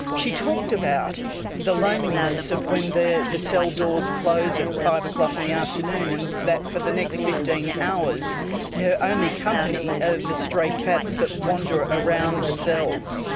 she talked about the loneliness of when the the cell doors close at five o'clock in the afternoon and that for the next fifteen hours her only company are ah the stray cats that wander around the cells.